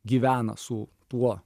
gyvena su tuo